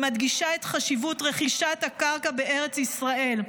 שמדגישה את חשיבות רכישת הקרקע בארץ ישראל.